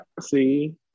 see